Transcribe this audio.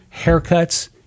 haircuts